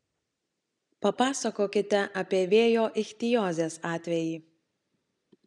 papasakokite apie vėjo ichtiozės atvejį